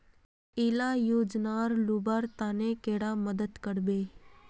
इला योजनार लुबार तने कैडा मदद करबे?